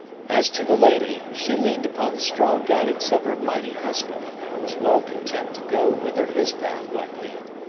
as to the lady, she leaned upon the strong guidance of her mighty husband and was well content to go whither his path might lead.